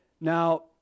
Now